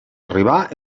arribar